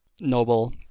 noble